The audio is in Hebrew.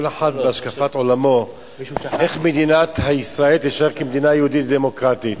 כל אחד והשקפת עולמו איך מדינת ישראל תישאר מדינה יהודית ודמוקרטית.